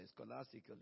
scholastically